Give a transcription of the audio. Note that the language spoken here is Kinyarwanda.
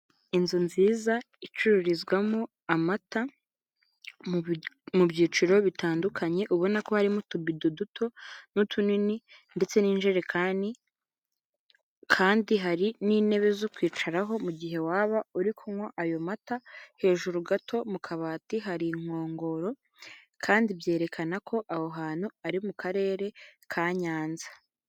Inzu nziza icururizwamo amata mu byiciro bitandukanye ubona ko harimo utubido duto n'utunini ndetse n'injerekani, kandi hari n'intebe zo kwicaraho mu gihe waba uri kunywa ayo mata, hejuru gato mu kabati hari inkongoro kandi byerekana ko aho hantu ari mu karere ka Nyanza.